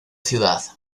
ciudad